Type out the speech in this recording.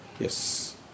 Yes